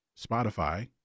Spotify